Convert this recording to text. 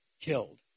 killed